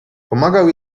pomagał